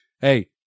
hey